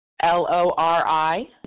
l-o-r-i